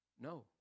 No